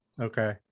Okay